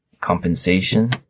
compensation